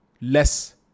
less